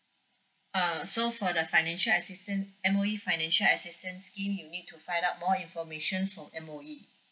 err so for the financial assistance M_O_E financial assistance scheme you need to find out more informations from M_O_E